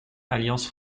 alliance